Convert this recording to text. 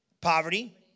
Poverty